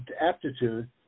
aptitude